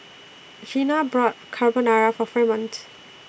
Jeana brought Carbonara For Fremont